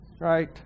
right